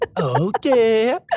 okay